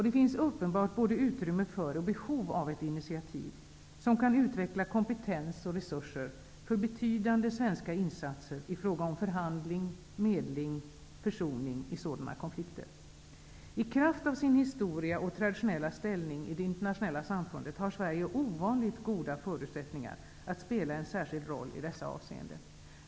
Det finns uppenbart både utrymme för och behov av ett initiativ, som kan utveckla kompetens och resurser för betydande svenska insatser i fråga om förhandling, medling och försoning i sådana konflikter. I kraft av sin historia och traditonella ställning i det internationella samfundet har Sverige ovanligt goda förutsättningar att spela en särskild roll i dessa avseenden.